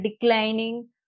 declining